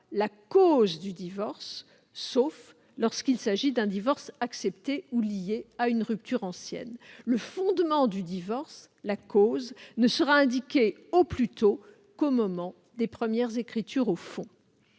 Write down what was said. la cause, sauf lorsqu'il s'agit d'un divorce accepté ou lié à une rupture ancienne. Le fondement du divorce, c'est-à-dire sa cause, ne sera indiqué, au plus tôt, qu'au moment des premières écritures au fond.